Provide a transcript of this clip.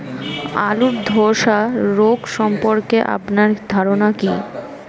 আলু ধ্বসা রোগ সম্পর্কে আপনার ধারনা কী?